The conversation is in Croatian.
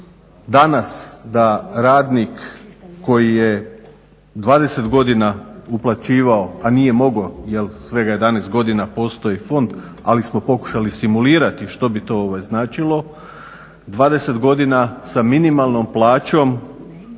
danas da radnik koji je 20 godina uplaćivao, a nije mogao jer svega 11 godina postoji fond. Ali smo pokušali simulirati što bi to značilo. 20 godina sa minimalnom plaćom